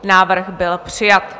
Návrh byl přijat.